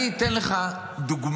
אני אתן לך דוגמה,